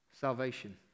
salvation